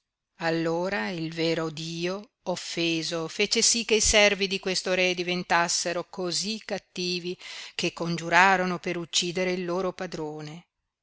allora il vero dio offeso fece sí che i servi di questo re diventassero cosí cattivi che congiurarono per uccidere il loro padrone